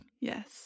Yes